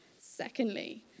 Secondly